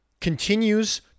continues